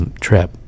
trip